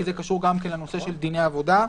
כי גם זה קשור לנושא של דיני עבודה,